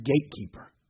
gatekeeper